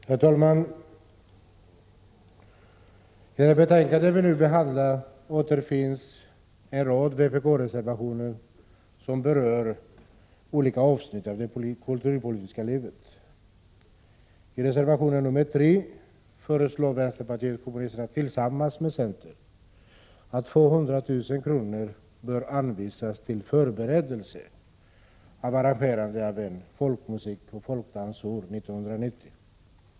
Herr talman! I det betänkande vi nu behandlar återfinns en rad vpkreservationer som berör olika avsnitt av det kulturpolitiska livet. I reservation 3 föreslår vpk tillsammans med centern att 200 000 kr. bör anvisas till förberedelser för arrangerandet av ett folkmusikoch folkdansår 1990.